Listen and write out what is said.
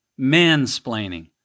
Mansplaining